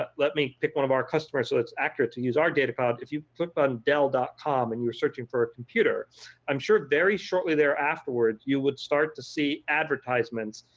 ah let me pick one of our customers, so it's accurate to use our data cloud. if you click on dell dot com, and you are searching for a computer i'm sure very shortly there afterwards you would start to see advertised events,